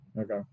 Okay